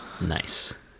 Nice